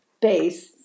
base